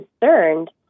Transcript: concerned